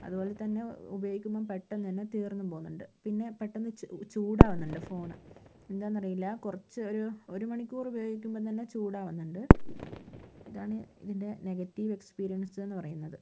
അതുപോലെ തന്നെ ഉപയോഗികുമ്പോ പെട്ടന്ന് തന്നെ തീർന്നും പോകുന്നുണ്ട് പിന്നെ പെട്ടന്ന് ചൂട ചൂടാവുന്നുണ്ട് ഫോണ് എന്താന്നറിയില്ല കുറച്ച് ഒരു ഒരുമണിക്കൂർ ഉപയോഗികുമ്പോൾ തന്നെ ചൂടാവുന്നുണ്ട് ഇതാണ് ഇതിൻ്റെ നെഗറ്റീവ് എക്സ്പീരിയൻസ് എന്നുപറയുന്നത്